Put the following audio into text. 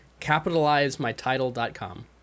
capitalizemytitle.com